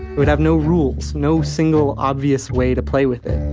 would have no rules, no single obvious way to play with it.